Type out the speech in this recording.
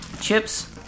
chips